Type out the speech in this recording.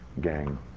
gang